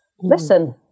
listen